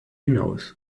hinaus